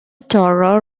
toro